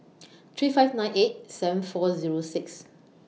three five nine eight seven four Zero six